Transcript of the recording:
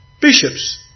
Bishops